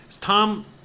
tom